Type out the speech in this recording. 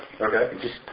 Okay